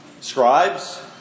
scribes